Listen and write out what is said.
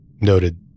noted